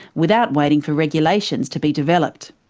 without waiting for regulations to be developed.